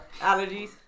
Allergies